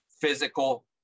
physical